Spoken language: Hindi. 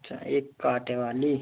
अच्छा एक कांटे वाली